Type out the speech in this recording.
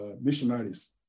missionaries